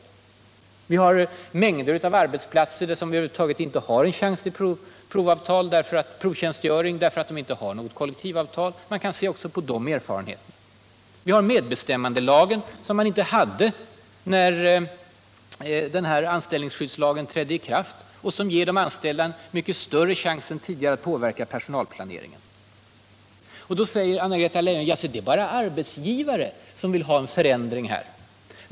Och det finns mängder av arbetsplatser där det över huvud taget inte finns en chans till provtjänstgöring, därför att de inte har något kollektivavtal. Man kan se också på de erfarenheterna. Vi har nu medbestämmandelagen som vi inte hade när anställningsskyddslagen trädde i kraft och som ger de anställda mycket större chans än tidigare att påverka personalplaneringen. Anna-Greta Leijon säger att det är bara arbetsgivare som vill ha till stånd en förändring här.